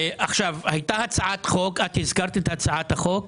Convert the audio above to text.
הייתה הצעת חוק, את הזכרת את הצעת החוק.